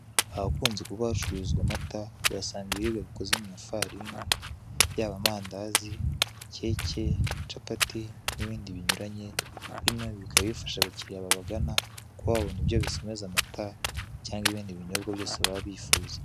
Ahakunze kuba hacururizwa amata uhasanga ibiribwa bikozwe mu mafarini yaba amandazi keke, capati n'ibindi binyuranye. Bino bikaba bifasha abakiriya babagana kuba babona ibyo basomeza amata cyangwa ibindi binyobwa byose baba bifuza.